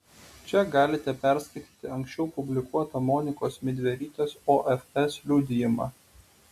čia galite perskaityti anksčiau publikuotą monikos midverytės ofs liudijimą